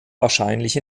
wahrscheinlich